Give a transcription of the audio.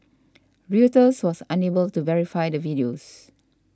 Reuters was unable to verify the videos